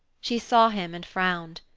she saw him and frowned.